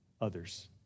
others